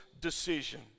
decision